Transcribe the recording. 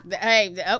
hey